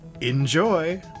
Enjoy